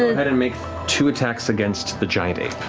ahead and make two attacks against the giant ape.